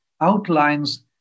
outlines